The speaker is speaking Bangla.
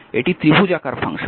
এটি ত্রিভুজাকার ফাংশন